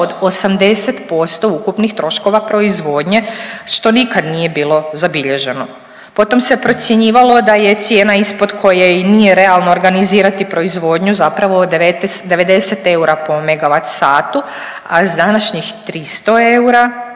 od 80% ukupnih troškova proizvodnje što nikad nije bilo zabilježeno. Potom se procjenjivalo da je cijena ispod koje i nije realno organizirati proizvodnju zapravo 90 eura po megavat satu, a s današnjih 300 eura